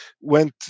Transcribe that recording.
went